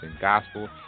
gospel